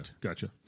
gotcha